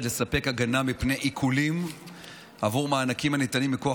לספק הגנה מפני עיקולים עבור מענקים הניתנים מכוח